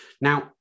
Now